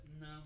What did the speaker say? No